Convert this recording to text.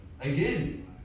again